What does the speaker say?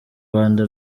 rwanda